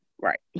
Right